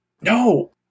No